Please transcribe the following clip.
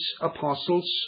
Apostles